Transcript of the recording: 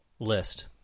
list